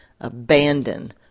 abandon